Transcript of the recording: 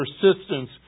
persistence